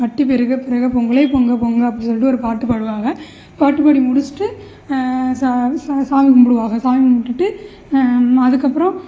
சட்டி பெருக பெருக பொங்கலே பொங்கல் பொங்க அப்படின்னு சொல்லிட்டு ஒரு பாட்டு பாடுவாங்க பாட்டு பாடி முடிச்சுட்டு சா சாமி கும்பிடுவாங்க சாமி கும்பிட்டுட்டு அதுக்கு அப்புறம்